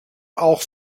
auch